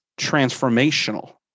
transformational